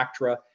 ACTRA